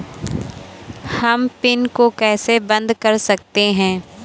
हम पिन को कैसे बंद कर सकते हैं?